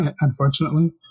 unfortunately